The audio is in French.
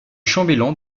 chambellan